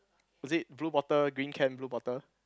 is it blue bottle green can blue bottle